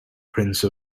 prince